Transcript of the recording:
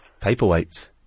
Paperweights